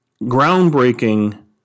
groundbreaking